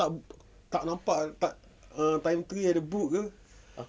tak tak nampak tak err time tu yang ada book ke